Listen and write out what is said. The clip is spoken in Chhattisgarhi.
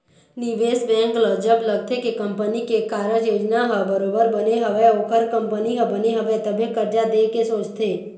निवेश बेंक ल जब लगथे के कंपनी के कारज योजना ह बरोबर बने हवय ओखर कंपनी ह बने हवय तभे करजा देय के सोचथे